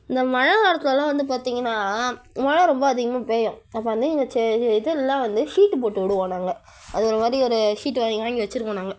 இந்த மழை காலத்துலெலாம் வந்து பார்த்தீங்கன்னா மழை ரொம்ப அதிகமாக பெய்யும் அப்போ வந்து இங்கே ச்சே இதெல்லாம் வந்து ஷீட்டு போட்டுவிடுவோம் நாங்கள் அது ஒரு மாதிரி ஒரு ஷீட்டு வாங்கி வாங்கி வச்சுருக்கோம் நாங்கள்